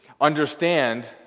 understand